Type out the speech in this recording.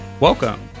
Welcome